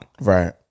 right